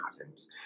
atoms